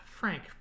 frank